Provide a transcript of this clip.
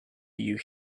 you